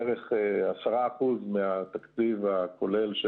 בערך 10%, קצת פחות, מהתקציב הכולל של